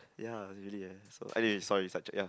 ya really eh so anyway sorry sidetrack ya